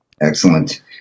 Excellent